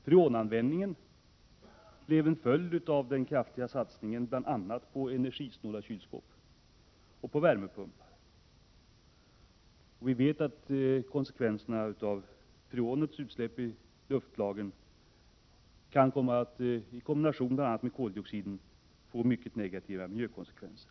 Freonanvändningen ökade som följd av den kraftiga satsningen bl.a. på energisnåla kylskåp och på värmepumpar. Vi vet att konsekvenserna av freonutsläpp i luftlagren kan komma att, i kombination — Prot. 1987/88:42 med bl.a. koldioxid, få mycket negativa miljökonsekvenser.